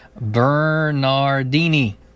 Bernardini